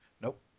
Nope